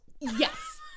Yes